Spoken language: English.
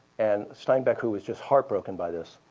and steinbeck, who was just heartbroken by this,